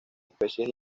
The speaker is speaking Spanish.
especies